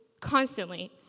constantly